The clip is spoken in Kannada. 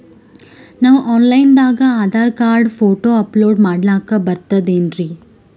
ನಾವು ಆನ್ ಲೈನ್ ದಾಗ ಆಧಾರಕಾರ್ಡ, ಫೋಟೊ ಅಪಲೋಡ ಮಾಡ್ಲಕ ಬರ್ತದೇನ್ರಿ?